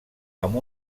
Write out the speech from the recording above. amb